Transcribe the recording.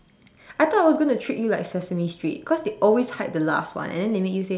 I thought I was gonna trick you like sesame street cause they always hide the last one and then they make you say